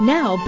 Now